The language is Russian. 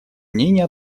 мнения